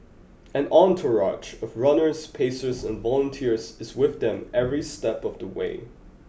an entourage of runners pacers and volunteers is with them every step of the way